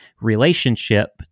relationship